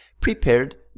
prepared